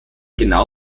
genau